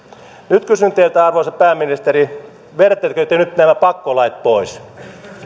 nyt kysyn teiltä arvoisa pääministeri vedättekö te nyt nämä pakkolait pois